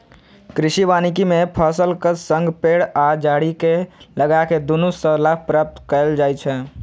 कृषि वानिकी मे फसलक संग पेड़ आ झाड़ी कें लगाके दुनू सं लाभ प्राप्त कैल जाइ छै